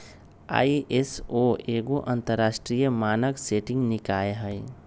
ISO एगो अंतरराष्ट्रीय मानक सेटिंग निकाय हइ